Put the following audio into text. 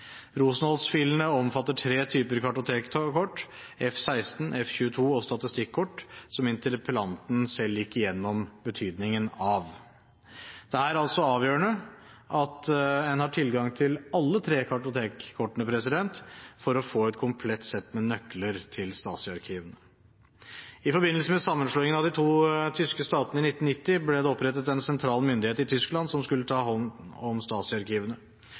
Rosenholz-filene omfatter tre typer kartotekkort: F-16, F-22 og statistikkort – som interpellanten selv gikk gjennom betydningen av. Det er altså avgjørende at en har tilgang til alle tre kartotekkortene for å få et komplett sett med nøkler til Stasi-arkivene. I forbindelse med sammenslåingen av de to tyske statene i 1990 ble det opprettet en sentral myndighet i Tyskland som skulle ta hånd om